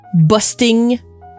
busting